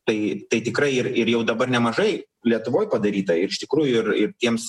tai tai tikrai ir ir jau dabar nemažai lietuvoj padaryta ir iš tikrųjų ir ir tiems